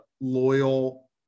loyal